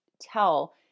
tell